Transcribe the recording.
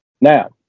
Now